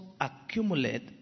accumulate